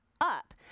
up